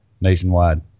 nationwide